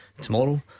tomorrow